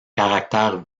caractère